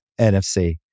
NFC